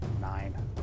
Nine